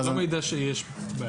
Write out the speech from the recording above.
יש שלושה